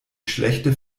schlechte